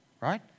Right